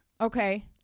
Okay